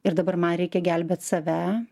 ir dabar man reikia gelbėt save